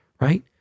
right